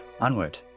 Onward